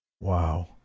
Wow